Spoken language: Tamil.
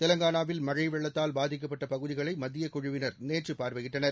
தெலங்கானாவில் மழை வெள்ளத்தால் பாதிக்கப்பட்ட பகுதிகளை மத்திய குழுவினர் நேற்று பார்வையிட்டனர்